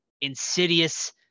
insidious